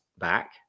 back